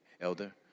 Elder